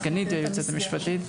סגנית ליועצת המשפטית,